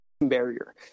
Barrier